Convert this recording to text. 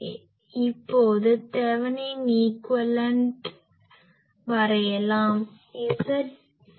எனவே இப்போது Thevenin equivalent equivalent சமமான வரையலாம்